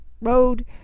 road